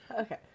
Okay